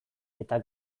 eta